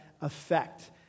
effect